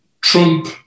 trump